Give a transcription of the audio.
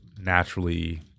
naturally